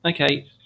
Okay